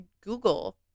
Google